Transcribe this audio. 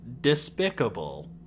despicable